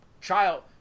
child